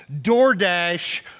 DoorDash